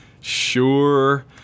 sure